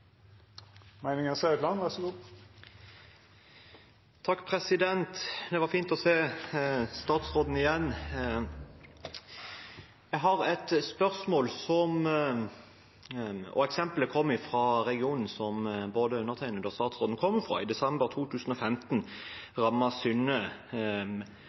Det var fint å se statsråden igjen. Jeg har et spørsmål. Eksemplet kommer fra regionen som både undertegnede og statsråden kommer fra. I desember